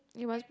you must